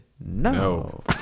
no